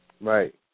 Right